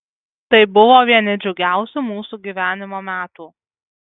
tai buvo vieni džiugiausių mūsų gyvenimo metų